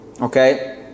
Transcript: Okay